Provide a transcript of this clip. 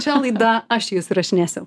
čia laida aš jus įrašinėsiu